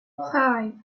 five